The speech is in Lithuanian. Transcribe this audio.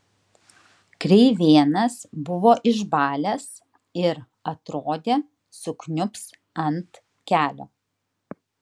kreivėnas buvo išbalęs ir atrodė sukniubs ant kelio